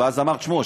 ואז אמר: תשמעו,